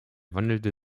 wandelte